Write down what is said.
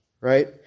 Right